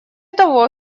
того